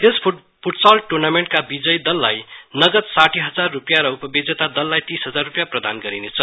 यस futsal टुर्नामेन्टका विजयी दललाई नगद साठी हजार रुपियाँ र उपविजेता दललाई तीस हजार रुपियाँ प्रदान गरिनेछ